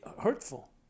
hurtful